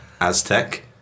Aztec